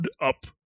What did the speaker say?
up